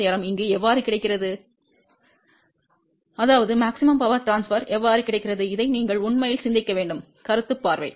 power transfer இங்கு எவ்வாறு கிடைக்கிறது இதை நீங்கள் உண்மையில் சிந்திக்க வேண்டும் கருத்து பார்வை